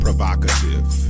Provocative